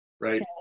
Right